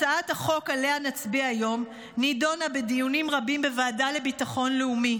הצעת החוק שעליה נצביע היום נדונה בדיונים רבים בוועדה לביטחון לאומי.